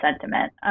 sentiment